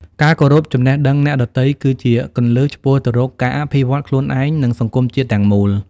ការគោរពចំណេះដឹងអ្នកដទៃ គឺជាគន្លឹះឆ្ពោះទៅរកការអភិវឌ្ឍខ្លួនឯង និងសង្គមជាតិទាំងមូល។